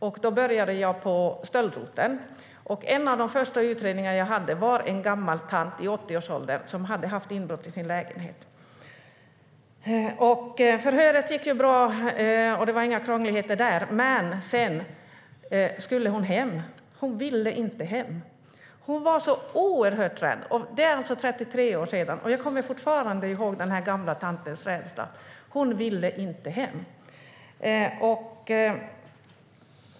Jag började på stöldroteln. En av de första utredningar som jag hade gällde en gammal tant i 80-årsåldern som hade haft inbrott i sin lägenhet. Förhöret gick bra - det var inga krångligheter där. Sedan skulle hon hem. Men hon ville inte hem, för hon var så oerhört rädd. Det är 33 år sedan, och jag kommer fortfarande ihåg den gamla tantens rädsla. Hon ville inte hem.